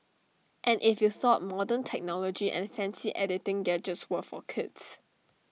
and if you thought modern technology and fancy editing gadgets were for kids